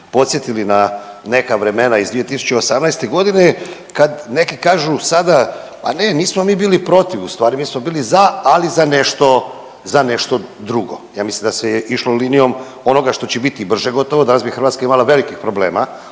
podsjetili na neka vremena iz 2018. godine kad neki kažu sada, a ne nismo bi bili protiv u stvari mi smo bili za, ali za nešto, za nešto drugo. Ja mislim da se je išlo linijom onoga što će biti brže gotovo. Danas bi Hrvatska imala velikih problema